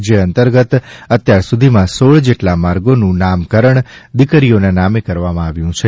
જે અંતર્ગત અત્યાર સુધીમાં સોળ જેટલા માર્ગોનું નામકરણ દિકરીઓના નામે કરવામાં આવ્યું છે